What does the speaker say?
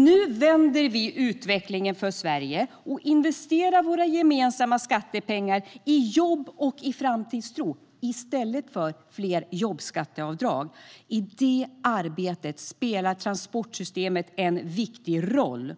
Nu vänder vi utvecklingen för Sverige och investerar våra gemensamma skattepengar i jobb och framtidstro i stället för i fler jobbskatteavdrag. I det arbetet spelar transportsystemet en viktig roll.